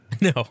No